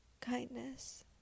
kindness